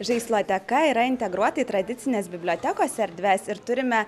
žaisloteka yra integruota į tradicines bibliotekos erdves ir turime